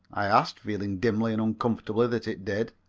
i asked, feeling dimly and uncomfortably that it did.